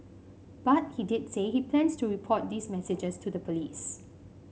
but he did say he plans to report these messages to the police